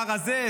שר הזה,